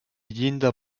llinda